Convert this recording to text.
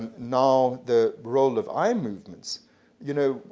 now the role of eye movements you know,